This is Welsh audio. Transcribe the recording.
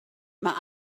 mae